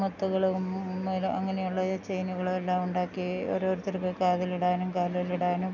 മുത്തുകളും പിന്നെ അങ്ങനെയുള്ള ചെയ്നുകളും എല്ലാം ഉണ്ടാക്കി ഓരോരുത്തർക്ക് കാതിലിടാനും കാലിലിടാനും